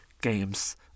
games